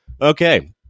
Okay